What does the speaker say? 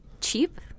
cheap